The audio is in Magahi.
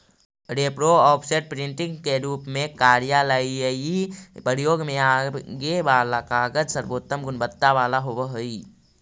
रेप्रो, ऑफसेट, प्रिंटिंग के रूप में कार्यालयीय प्रयोग में आगे वाला कागज सर्वोत्तम गुणवत्ता वाला होवऽ हई